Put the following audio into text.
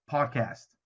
Podcast